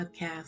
podcast